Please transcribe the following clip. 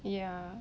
ya